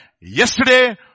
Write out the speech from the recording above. yesterday